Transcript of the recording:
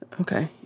Okay